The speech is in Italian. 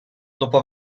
dopo